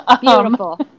Beautiful